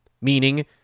meaning